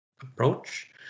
approach